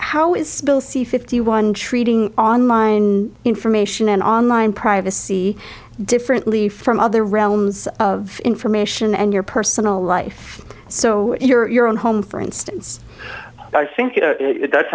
how is bill c fifty one treating online information and online privacy differently from other realms of information and your personal life so your own home for instance i think it does